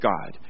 God